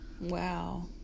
Wow